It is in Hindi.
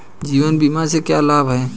जीवन बीमा से क्या लाभ हैं?